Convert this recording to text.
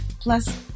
plus